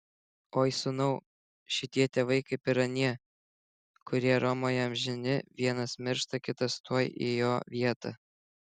oi sūnau šitie tėvai kaip ir anie kurie romoje amžini vienas miršta kitas tuoj į jo vietą